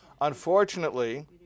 Unfortunately